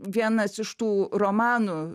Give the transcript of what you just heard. vienas iš tų romanų